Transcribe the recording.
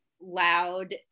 loud